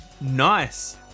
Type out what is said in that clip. Nice